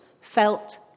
felt